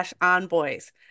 envoys